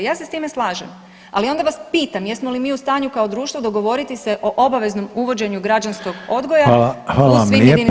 Ja se s time slažem, ali onda vas pitam jesmo li mi u stanju kao društvo dogovoriti se o obveznom uvođenju građanskog odgoja u svim JLS-ovima.